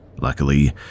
Luckily